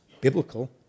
biblical